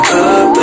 up